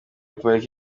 pariki